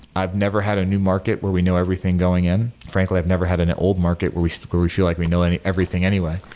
i've never had a new market where we know everything going in. frankly, i've never had an an old market where we so where we feel like we know everything anyway.